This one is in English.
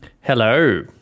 Hello